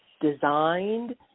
designed